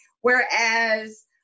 whereas